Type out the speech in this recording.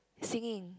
singing